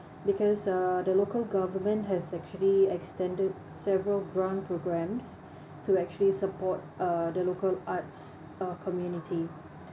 because uh the local government has actually extended several grand programmes to actually support uh the local arts uh community